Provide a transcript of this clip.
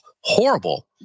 horrible